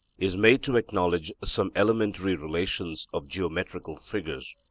is made to acknowledge some elementary relations of geometrical figures.